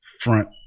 front